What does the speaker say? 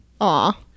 Aw